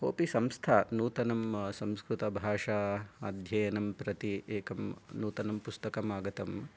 कोऽपि संस्था नूतनं संस्कृतभाषा अध्ययनं प्रति एकं नूतनं पुस्तकम् आगतम्